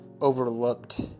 overlooked